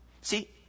See